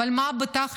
אבל מה בתכלס?